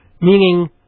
Meaning